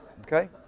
Okay